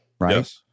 Right